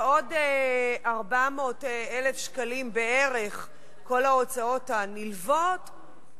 ועוד 400,000 שקלים כל ההוצאות הנלוות,